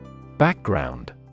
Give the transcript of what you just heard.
Background